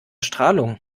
strahlung